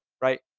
Right